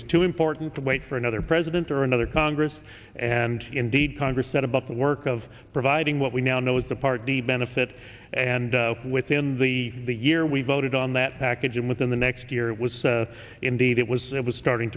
was too important to wait for another president or another congress and indeed congress set about the work of providing what we now know as the party benefit and within the the year we voted on that package and within the next year it was indeed it was it was starting